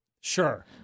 Sure